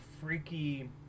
freaky